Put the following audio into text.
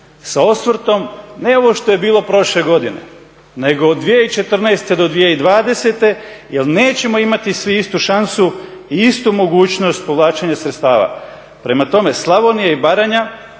sa osvrtom ne ovo što je bilo prošle godine, nego 2014. do 2020. jer nećemo imati svi istu šansu i istu mogućnost povlačenja sredstava. Prema tome, Slavonija i Baranja